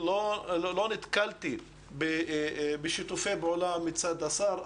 לא נתקלתי בשיתוף פעולה מצד השר.